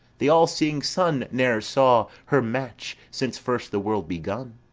the all-seeing sun ne'er saw her match since first the world begun.